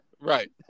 Right